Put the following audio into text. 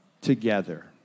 together